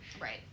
right